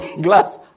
glass